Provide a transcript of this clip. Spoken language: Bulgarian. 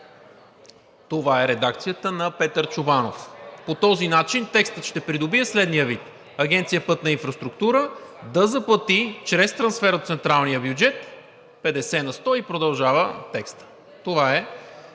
Това е редакцията на Петър Чобанов. По този начин текстът ще придобие следния вид: „Агенция „Пътна инфраструктура“ да заплати чрез трансфер от централния бюджет 50 на сто…“ и продължава текстът. Това е